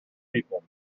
people